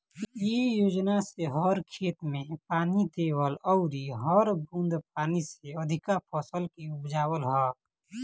इ योजना से हर खेत में पानी देवल अउरी हर बूंद पानी से अधिका फसल के उपजावल ह